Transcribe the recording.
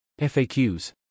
FAQs